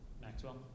Maxwell